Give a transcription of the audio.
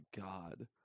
God